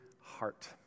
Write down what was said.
heart